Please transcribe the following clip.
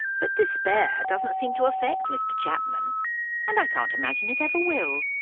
but despair doesn't seem to affect mr chapman and i can't imagine it ever will,